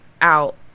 out